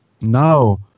now